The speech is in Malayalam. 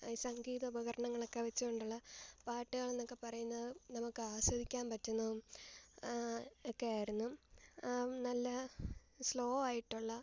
സംഗീത ഉപകരണങ്ങളൊക്കെ വെച്ചുകൊണ്ടുള്ള പാട്ടുകളെന്നൊക്കെ പറയുന്നത് നമുക്ക് ആസ്വദിക്കാൻ പറ്റുന്നതും ഒക്കെ ആയിരുന്നു നല്ല സ്ലോ ആയിട്ടുള്ള